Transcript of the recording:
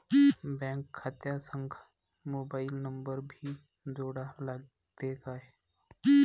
Bank खात्या संग mobile number भी जोडा लागते काय?